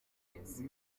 bimeze